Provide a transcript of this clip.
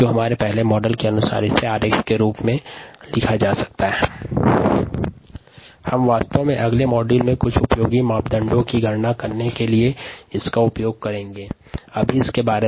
इस मॉडल को 𝑟𝑥 के रूप में निम्नानुसार लिखा जा सकता है rS1YxSrx1YxSμx अगले व्याख्यान में कुछ उपयोगी कारकों की गणना हेतु इन मॉडल का उपयोग करेंगे